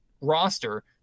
roster